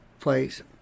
place